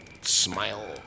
Smile